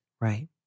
Right